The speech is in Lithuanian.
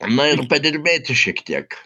na ir padirbėti šiek tiek